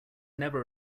never